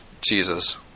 Jesus